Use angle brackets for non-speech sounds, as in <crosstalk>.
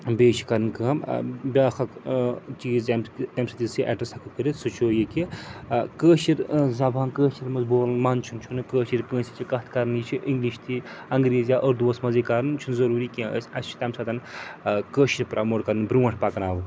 بیٚیہِ چھِ کَرٕنۍ کٲم بیٛاکھ اَکھ چیٖز <unintelligible> ییٚمہِ سۭتۍ أسۍ یہِ اٮ۪ڈرٮ۪س ہٮ۪کو کٔرِتھ سُہ چھُ یہِ کہِ کٲشِرۍ زبان کٲشرِس منٛز بولُن منٛدچھُن چھُنہٕ کٲشٕر کٲنٛسہِ سۭتۍ چھِ کَتھ کَرٕنۍ یہِ چھِ اِنٛگلِش تہِ انٛگریٖز یا اردووَس منٛز یہِ کَرُن یہِ چھُنہٕ ضٔروٗری کیٚنٛہہ أسۍ اَسہِ چھِ تَمہِ ساتہٕ کٲشِرۍ پرٛموٹ کَرٕنۍ برٛونٛٹھ پَکناوٕنۍ